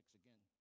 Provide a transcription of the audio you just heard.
again